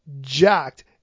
jacked